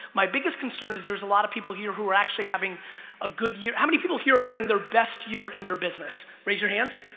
my biggest concern is there's a lot of people here who are actually having a good year how many people here are having their best year in their business raise your hands?